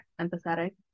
empathetic